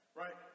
right